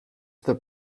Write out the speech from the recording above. the